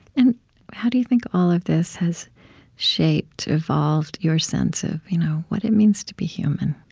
and how do you think all of this has shaped, evolved your sense of you know what it means to be human?